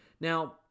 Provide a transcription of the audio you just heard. Now